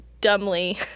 dumbly